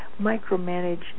micromanage